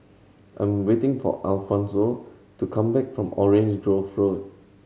I'm waiting for Alfonso to come back from Orange Grove Road